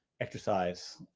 exercise